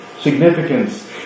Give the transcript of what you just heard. significance